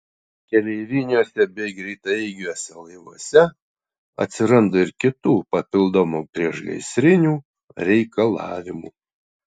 keleiviniuose bei greitaeigiuose laivuose atsiranda ir kitų papildomų priešgaisrinių reikalavimų